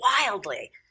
wildly